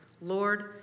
Lord